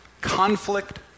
conflict